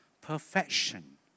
perfection